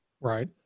right